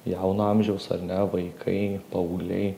jauno amžiaus ar ne vaikai paaugliai